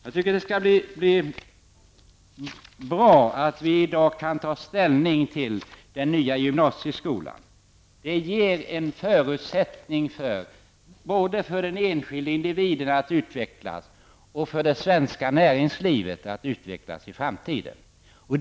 Jag tycker att det är bra att riksdagen i dag kan ta ställning till den nya gymnasieskolan. Det ger en förutsättning både för den enskilda individen att utvecklas och för det svenska näringslivet att utvecklas i framtiden.